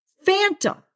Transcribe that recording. Phantom